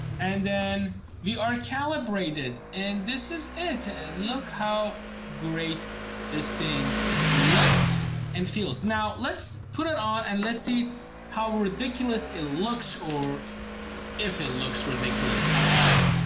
and then we are calibrated and this is it, look how great this thing looks and feels. now let's put it on and let's see how ridiculous it looks or if it looks ridiculous at all.